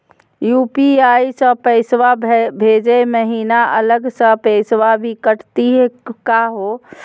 UPI स पैसवा भेजै महिना अलग स पैसवा भी कटतही का हो?